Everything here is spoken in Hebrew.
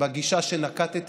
בגישה שנקטתי,